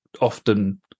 often